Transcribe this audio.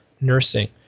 nursing